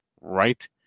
right